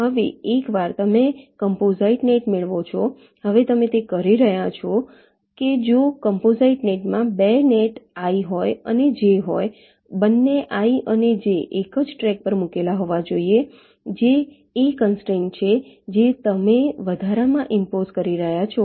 હવે એક વાર તમે કોમ્પોસાઇટ નેટ મેળવો છો હવે તમે કહી રહ્યા છો કે જો કોમ્પોસાઇટ નેટ માં 2 નેટ i અને j હોય બંને i અને j એ જ ટ્રેક પર મૂકેલા હોવા જોઈએ જે એ કન્સ્ટ્રેંટ છે જે તમે વધારામાં ઇમ્પોસ કરી રહ્યા છો